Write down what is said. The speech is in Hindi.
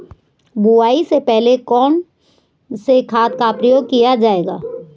बुआई से पहले कौन से खाद का प्रयोग किया जायेगा?